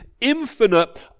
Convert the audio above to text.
infinite